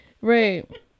right